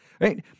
right